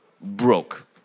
broke